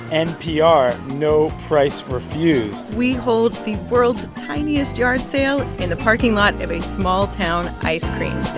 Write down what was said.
npr no price refused we hold the world's tiniest yard sale in the parking lot of a small-town ice cream